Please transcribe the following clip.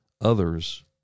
others